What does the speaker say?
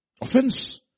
Offense